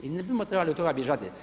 I ne bismo trebali od toga bježati.